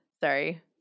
Sorry